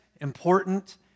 important